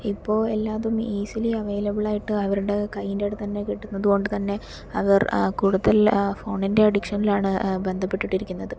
ഇപ്പോൾ എല്ലാതും easily available ആയിട്ട് അവരുടെ കയ്യിൻ്റടുത്തു തന്നെ കിട്ടുന്നത് കൊണ്ട് തന്നെ അവർ കൂടുതൽ ഫോണിൻ്റെ അഡിക്ഷനിലാണ് ബന്ധപ്പെട്ടുകൊണ്ടിരിക്കുന്നത്